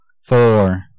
Four